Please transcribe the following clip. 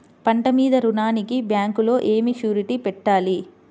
పంట మీద రుణానికి బ్యాంకులో ఏమి షూరిటీ పెట్టాలి?